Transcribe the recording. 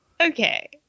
Okay